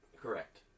correct